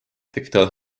tekitavad